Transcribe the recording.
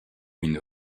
une